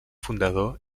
fundador